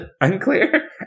Unclear